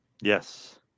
Yes